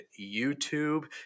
YouTube